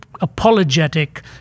apologetic